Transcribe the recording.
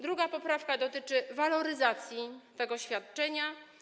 Druga poprawka dotyczy waloryzacji tego świadczenia.